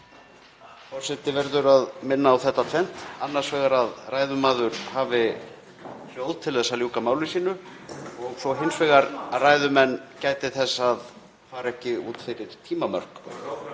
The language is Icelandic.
verður að minna á þetta tvennt: Annars vegar að ræðumaður hafi hljóð til að ljúka máli sínu (Gripið fram í.)og svo hins vegar að ræðumenn gæti þess að fara ekki út fyrir tímamörk.